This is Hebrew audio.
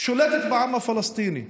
היא שולטת בעם הפלסטיני,